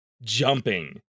Jumping